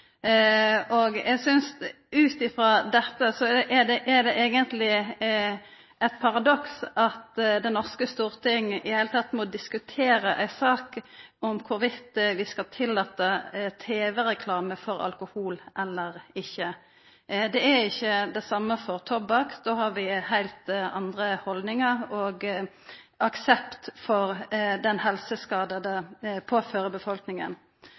Eg synest ut frå dette at det eigentleg er eit paradoks at det norske storting i det heile må diskutera ei sak om vi skal tillata tv-reklame for alkohol eller ikkje. Det er ikkje det same for tobakk, for der har vi heilt andre haldningar, og det er aksept for den